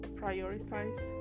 prioritize